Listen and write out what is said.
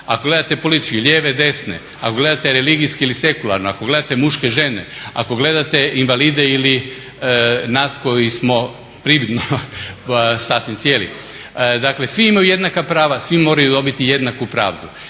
ako gledate politički lijeve, desne, ako gledate religijski ili sekularno, ali gledate muške, žene, ako gledate invalide ili nas koji smo prividno sasvim cijeli, dakle svi imaju jednaka prava, svi moraju dobiti jednaku pravdu